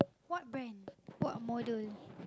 what brand what model